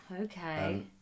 okay